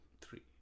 Three